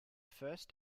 first